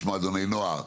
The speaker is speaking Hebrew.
יש מועדוני נוער,